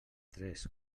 tres